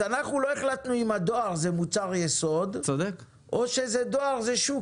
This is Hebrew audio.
אנחנו לא החלטנו אם הדואר הוא מוצר יסוד או שדואר הוא שוק.